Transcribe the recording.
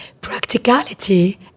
practicality